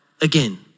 again